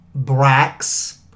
Brax